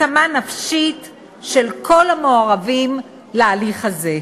התאמה נפשית של כל המעורבים בהליך הזה.